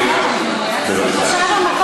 תמשיך, אדוני.